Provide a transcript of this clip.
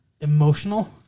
emotional